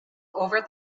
over